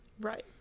Right